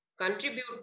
contribute